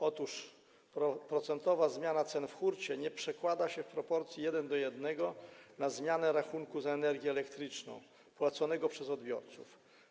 Otóż procentowa zmiana cen w hurcie nie przekłada się w proporcji 1:1 na zmianę rachunku za energię elektryczną płaconego przez odbiorów.